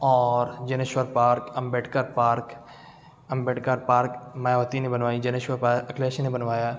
اور Janeshwar park Ambedkar park Ambedkar park Mayawati نے بنوائی جینیشور پارک اکھیلیش جی نے بنوایا